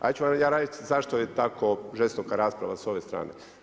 Ja ću vam reći zašto je tako žestoka rasprava s ove strane.